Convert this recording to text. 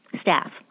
staff